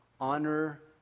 Honor